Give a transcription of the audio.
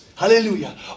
Hallelujah